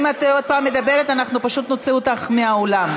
אם את עוד פעם מדברת אנחנו פשוט נוציא אותך מהאולם.